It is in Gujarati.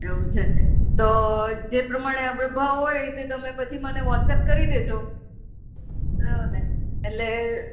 એવું છે તો જે પ્રમાણે આપણે ભાવ હોય તમે મને પછી વ્હોટ્સએપ કરી દેજો હા ને એટલે